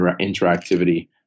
interactivity